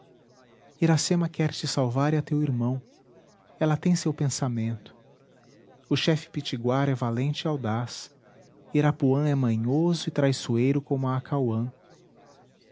iracema quer te salvar e a teu irmão ela tem seu pensamento o chefe pitiguara é valente e audaz irapuã é manhoso e traiçoeiro como a acauã